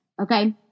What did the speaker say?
Okay